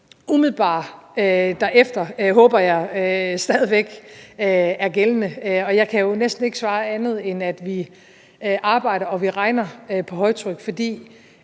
Umiddelbart derefter – det håber jeg stadig væk er gældende, og jeg kan jo næsten ikke svare andet, end at vi arbejde og regner på højtryk. Fru